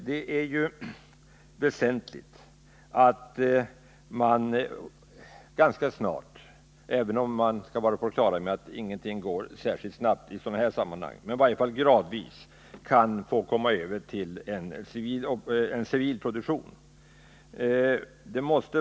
Det är väsentligt att man ganska snart — även om man skall vara på det klara med att ingenting går särskilt snabbt i sådana här sammanhang — kan komma över till en civil produktion.